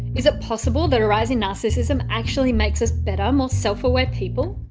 is it possible that a rise in narcissism actually makes us better, more self aware people?